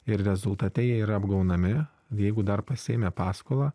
ir rezultate jie yra apgaunami jeigu dar pasiėmė paskolą